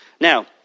Now